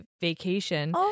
vacation